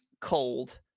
cold